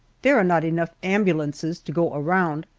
there are not enough ambulances to go around,